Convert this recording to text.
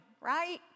right